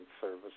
Service